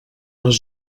les